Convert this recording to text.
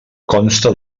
consta